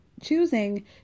choosing